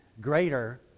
greater